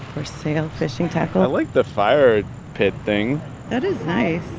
for sale fishing tackles i like the fire pit thing that is nice